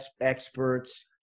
experts